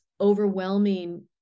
overwhelming